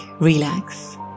relax